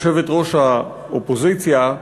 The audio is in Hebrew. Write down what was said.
יושבת-ראש האופוזיציה,